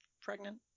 pregnant